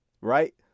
Right